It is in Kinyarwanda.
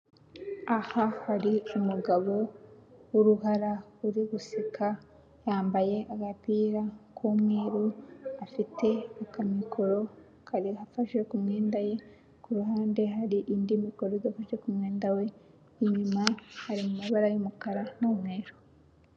Aha hari umugabo ufite uruhara uri guseka yambaye agapira k'umweru, afite aka mikoro karafashe ku myenda ye ,kuruhande hari indi mikoro idafashe ku myenda ye ,inyuma hari amabara y'umukara n'umweru.